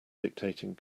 dictating